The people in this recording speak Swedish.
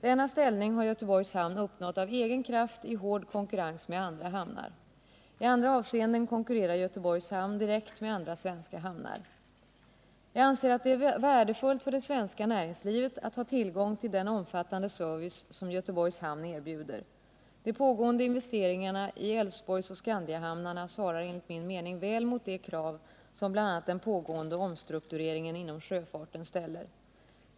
Denna ställning har Göteborgs hamn uppnått av egen kraft i hård konkurrens med andra hamnar. I andra avseenden konkurrerar Göteborgs hamn direkt med andra svenska hamnar. Jag anser att det är värdefullt för det svenska näringslivet att ha tillgång till den omfattande service som Göteborgs hamn erbjuder. De pågående investeringarna i Älvsborgsoch Skandiahamnarna svarar enligt min mening väl mot de krav som bl.a. den pågående omstruktureringen inom sjöfarten ställer.